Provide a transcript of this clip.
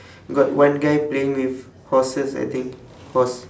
got one guy playing with horses I think horse